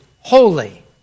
holy